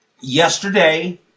Yesterday